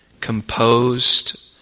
composed